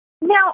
Now